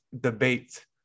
debate